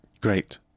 Great